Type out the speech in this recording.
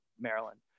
Maryland